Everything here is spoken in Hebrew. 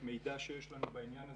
מידע שיש לנו בעניין הזה,